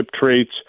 traits